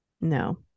no